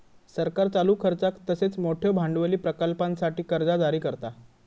सरकार चालू खर्चाक तसेच मोठयो भांडवली प्रकल्पांसाठी कर्जा जारी करता